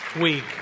week